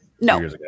no